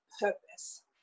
purpose